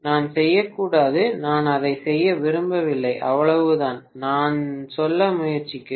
நான் செய்யக்கூடாது நான் அதை செய்ய விரும்பவில்லை அவ்வளவுதான் நான் சொல்ல முயற்சிக்கிறேன்